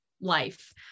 life